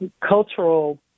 cultural